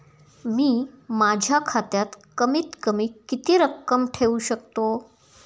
मी माझ्या खात्यात कमीत कमी किती रक्कम ठेऊ शकतो?